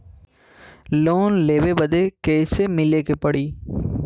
Loan लेवे बदी कैसे मिले के पड़ी?